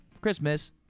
Christmas